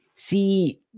See